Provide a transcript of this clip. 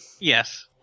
Yes